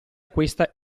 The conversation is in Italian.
questa